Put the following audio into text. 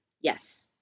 Yes